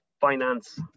finance